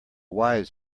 wise